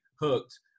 hooked